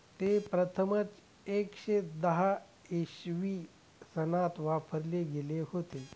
ते प्रथमच एकशे दहा इसवी सनात वापरले गेले होते